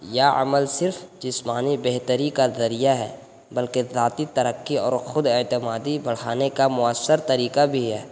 یہ عمل صرف جسمانی بہتری کا ذریعہ ہے بلکہ ذاتی ترقی اور خود اعتمادی بڑھانے کا مؤثر طریقہ بھی ہے